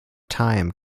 time